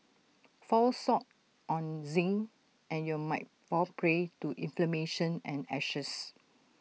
fall short on zinc and you'll might fall prey to inflammation and ashes